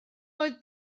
oedd